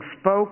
spoke